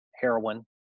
heroin